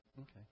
Okay